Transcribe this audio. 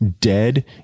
dead